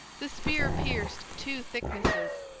the spear pierced two thicknesses,